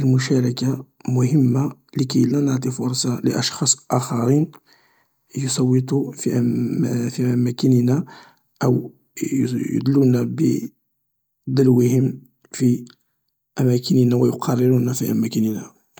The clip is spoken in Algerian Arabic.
المشاركة مهمة لكي لا نعطي فرصة لأشخاص آخرين يصوتوا في أماكننا أو يدلون بدلوهم في أماكننا و يقررون في أماكننا